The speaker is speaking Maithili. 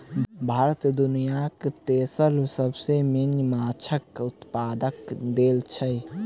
भारत दुनियाक तेसर सबसे पैघ माछक उत्पादक देस छै